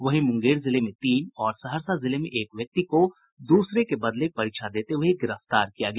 वहीं मुंगेर जिले में तीन और सहरसा जिले में एक व्यक्ति को दूसरे के बदले परीक्षा देते हुये गिरफ्तार किया गया